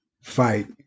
fight